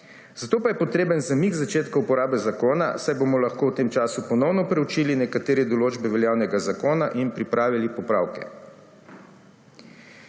Zato pa je potreben zamik začetka uporabe zakona, saj bomo lahko v tem času ponovno proučili nekatere določbe veljavnega zakona in pripravili popravke.